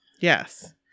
Yes